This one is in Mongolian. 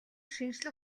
шинжлэх